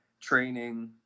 training